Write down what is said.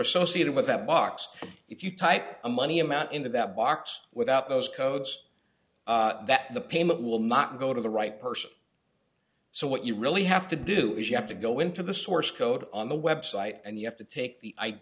associated with that box if you type a money amount into that box without those codes that the payment will not go to the right person so what you really have to do is you have to go into the source code on the website and you have to take the i